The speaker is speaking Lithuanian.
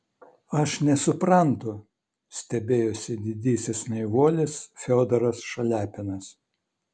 aš nesuprantu stebėjosi didysis naivuolis fiodoras šaliapinas